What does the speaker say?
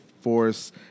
force